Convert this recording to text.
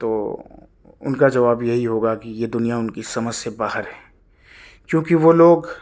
تو ان کا جواب یہی ہوگا کہ یہ دنیا ان کی سمجھ سے باہر ہے چونکہ وہ لوگ